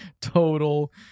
total